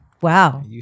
Wow